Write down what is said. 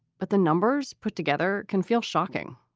but the numbers put together can feel shocking.